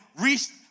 reached